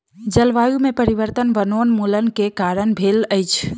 जलवायु में परिवर्तन वनोन्मूलन के कारण भेल अछि